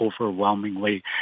overwhelmingly